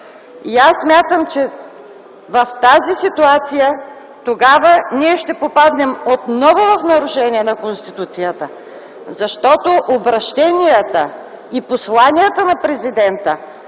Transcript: Аз смятам, че в тази ситуация ще попаднем отново в нарушение на Конституцията, защото обръщенията и посланията на Президента